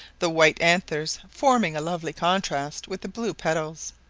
the white anthers forming a lovely contrast with the blue petals.